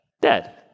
Dead